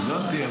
הבנתי,